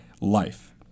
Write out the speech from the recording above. life